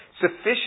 Sufficient